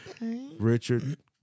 Richard